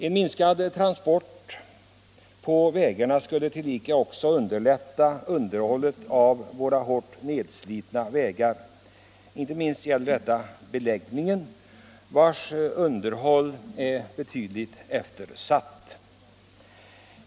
En minskad transport på vägarna skulle också underlätta underhållet av våra hårt nedslitna vägar. Detta gäller inte minst vägbeläggningen, där underhållet är betydligt eftersatt.